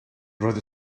roedd